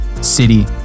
city